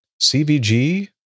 CVG